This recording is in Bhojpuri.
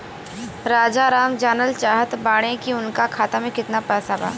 राजाराम जानल चाहत बड़े की उनका खाता में कितना पैसा बा?